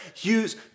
Use